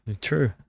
true